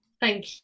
Thank